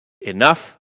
enough